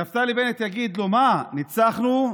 נפתלי בנט יגיד לו: מה, ניצחנו?